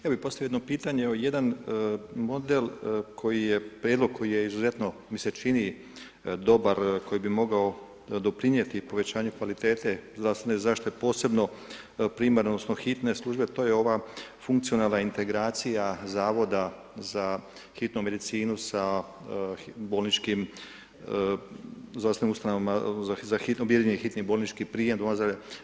Ja bi postavio jedno pitanje, jedan model koji je, prijedlog koji je izuzetno mi se čini dobar, koji bi mogao doprinijeti povećanju kvalitete zdravstvene zaštite posebno primarne odnosno hitne službe, to je ova funkcionalna integracija Zavoda za hitnu medicinu sa bolničkim zdravstvenim ustanovama za odjeljenje hitni bolnički prijem doma zdravlja.